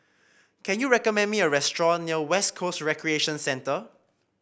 can you recommend me a restaurant near West Coast Recreation Centre